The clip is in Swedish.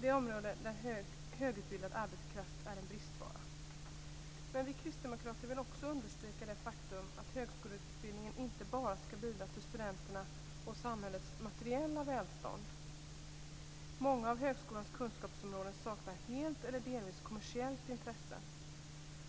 Det är områden där högutbildad arbetskraft är en bristvara. Men vi kristdemokrater vill också understryka det faktum att högskoleutbildningen inte bara skall bidra till studenternas och samhällets materiella välstånd. Många av högskolans kunskapsområden saknar helt eller delvis kommersiellt intresse.